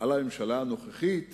היום על הממשלה הנוכחית